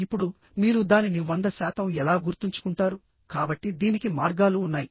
ఇప్పుడు మీరు దానిని 100 శాతం ఎలా గుర్తుంచుకుంటారు కాబట్టి దీనికి మార్గాలు ఉన్నాయి